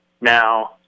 now